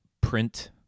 print